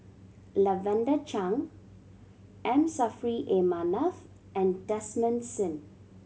Lavender Chang M Saffri A Manaf and Desmond Sim